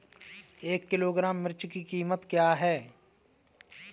एक किलोग्राम मिर्च की कीमत क्या है?